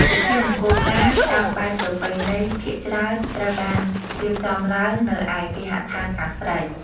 ពិធីមង្គលការតាមបែបប្រពៃណីភាគច្រើនត្រូវបានរៀបចំឡើងនៅឯគេហដ្ឋានខាងស្រី។